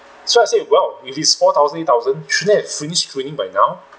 so I say well if is four thousand eight thousand shouldn't it have finish screening by now